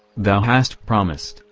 thou hast promised,